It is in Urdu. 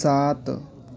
سات